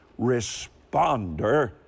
responder